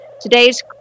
Today's